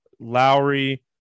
Lowry